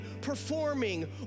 performing